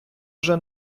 вже